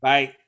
Bye